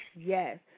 Yes